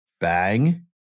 bang